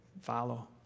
follow